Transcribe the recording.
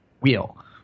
wheel